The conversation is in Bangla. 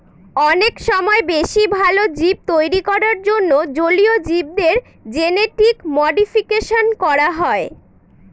অনেক সময় বেশি ভালো জীব তৈরী করার জন্য জলীয় জীবদের জেনেটিক মডিফিকেশন করা হয়